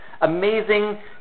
Amazing